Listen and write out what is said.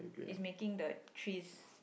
is making the trees